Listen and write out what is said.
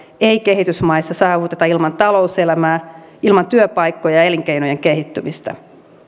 ei kehitysmaissa saavuteta ilman talouselämää työpaikkoja ja elinkeinojen kehittymistä